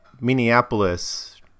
Minneapolis